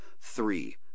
three